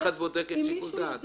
איך את בודקת שיקול דעת?